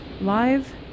live